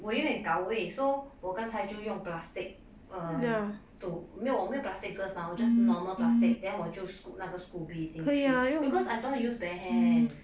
我有点搞胃 so 我刚才就用 plastic err to 没有我没有 plastic glove mah 我 just normal plastic then 我就 scoop 那个 scoby beating shift because I don't wanna use bare hands